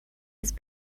his